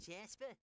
Jasper